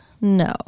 No